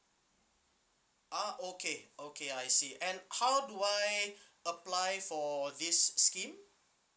ah okay okay I see and how do I apply for this scheme